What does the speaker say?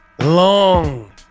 long